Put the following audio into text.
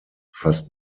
fast